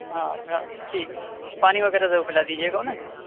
ہاں ٹھیک ہے پانی وغیرہ ضرور پلا دیجیے گا انہیں